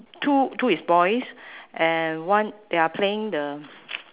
two two is boys and one they are playing the